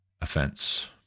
Offense